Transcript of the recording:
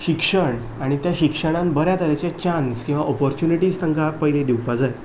शिक्षण आनी त्या शिक्षणांत बऱ्या तरेचे चान्स किंवां ऑपर्च्यूनिटीज तांकां पयलीं दिवपाक जाय